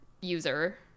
user